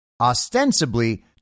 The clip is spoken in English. ostensibly